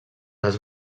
les